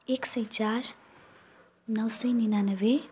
एक सय चार नौ सय निनानब्बे